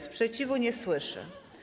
Sprzeciwu nie słyszę.